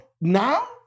Now